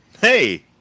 hey